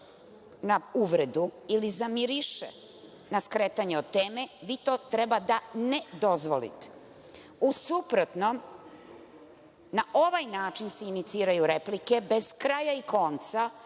na uvredu ili zamiriše na skretanje od teme, vi to treba da ne dozvolite.U suprotnom na ovaj način se iniciraju replike bez kraja i konca,